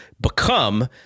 become